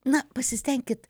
na pasistenkit